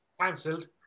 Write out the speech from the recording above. Cancelled